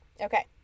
Okay